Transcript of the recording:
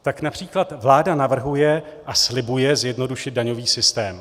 Tak např. vláda navrhuje a slibuje zjednodušit daňový systém.